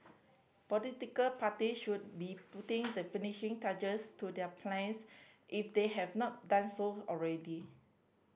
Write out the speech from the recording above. political party should be putting the finishing touches to their plans if they have not done so already